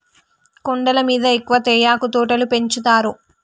కొండల మీద ఎక్కువ తేయాకు తోటలు పెంచుతారు